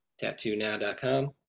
TattooNow.com